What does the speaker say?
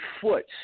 foot